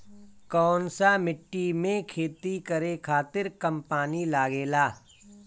कौन सा मिट्टी में खेती करे खातिर कम पानी लागेला?